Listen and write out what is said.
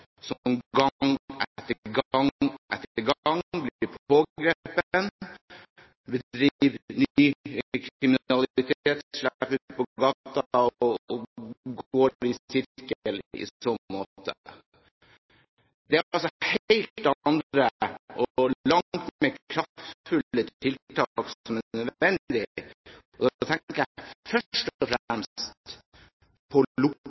etter gang blir pågrepet, begår ny kriminalitet og slipper ut på gata igjen – og går i sirkel i så måte. Det er altså helt andre og langt mer kraftfulle tiltak som er nødvendig, og da tenker jeg først og